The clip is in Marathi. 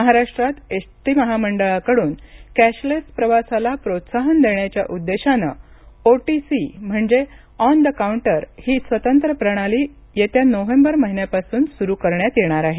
महाराष्ट्रात एसटी महामंडळाकडून कॅशलेस प्रवासाला प्रोत्साहन देण्याच्या उद्देशानं ओ टी सी म्हणजे ऑन द काउंटर ही स्वतंत्र प्रणाली येत्या नोव्हेंबर महिन्यापासून सुरू करण्यात येणार आहे